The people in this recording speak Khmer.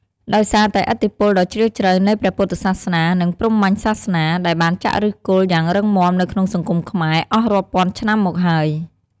ដោយសារតែឥទ្ធិពលដ៏ជ្រាលជ្រៅនៃព្រះពុទ្ធសាសនា និងព្រហ្មញ្ញសាសនា ដែលបានចាក់ឫសគល់យ៉ាងរឹងមាំនៅក្នុងសង្គមខ្មែរអស់រាប់ពាន់ឆ្នាំមកហើយ។